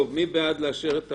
טוב, מי בעד לאשר את החוק?